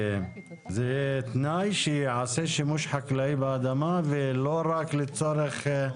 שזה יהיה תנאי שייעשה שימוש חקלאי באדמה ולא רק לצורך ---?